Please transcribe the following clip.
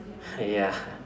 ya